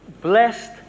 blessed